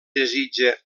desitja